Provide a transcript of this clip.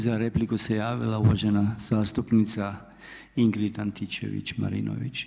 Za repliku se javila uvažena zastupnica Ingrid Antičević Marinović.